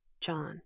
John